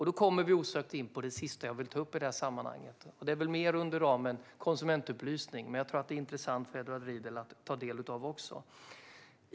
Då kommer vi osökt in på det sista jag vill ta upp i det här sammanhanget. Det är väl mer inom ramen för konsumentupplysning, men jag tror att det också är intressant för Edward Riedl att ta del av.